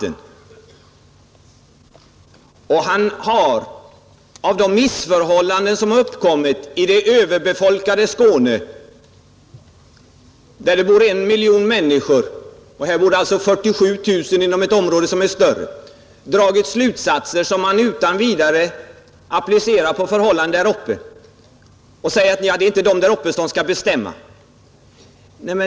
Herr Svensson har dragit slutsatsen att de missförhållanden, som uppkommit i det överbefolkade Skåne där det bor 1 miljon människor — i det aktuella området som är mycket större bor det 47 000 — utan vidare kan appliceras på förhållandena där uppe. Han säger att de som bor där uppe inte skall bestämma.